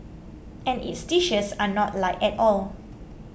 and its dishes are not light at all